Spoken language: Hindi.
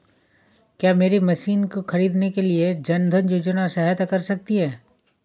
क्या मेरी मशीन को ख़रीदने के लिए जन धन योजना सहायता कर सकती है?